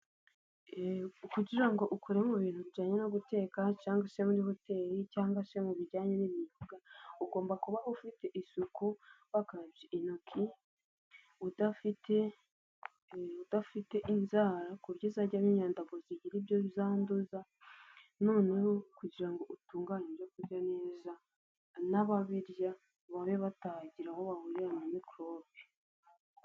Kugira ngo ukore mu bintu bijyanye no guteka cyangwa se muri hoteli cyangwa se mu bijyanye n'imyuga, ugomba kuba ufite isuku, wakarabye intoki, udafite inzara ku buryo zajyamo imyanda ngo zigire ibyo zanduza, noneho kugira ngo utunganye ibyo kurya neza, n'ababirya babe batagira aho bahurira na mikorobe.